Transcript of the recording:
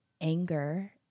anger